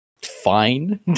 Fine